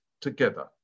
together